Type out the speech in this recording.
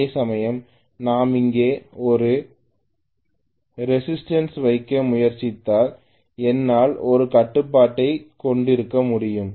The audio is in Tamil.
அதேசமயம் நான் இங்கே ஒரு ரேசிஸ்டன்ஸ் வைக்க முயற்சித்தால் என்னால் ஒரு கட்டுப்பாட்டைக் கொண்டிருக்க முடியும்